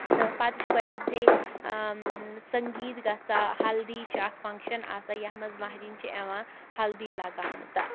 تہٕ پَتہٕ چھِ گۄڈٕنٮ۪تھٕے سنٛگیٖت گژھان ہلدی چھِ اَکھ فنٛگشَن آسان یَتھ منٛز مہریٚنۍ چھِ یِوان ہلدی لگاونہٕ تہٕ